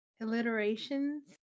alliterations